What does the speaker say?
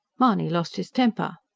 mahony lost his temper.